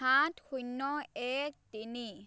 সাত শূন্য এক তিনি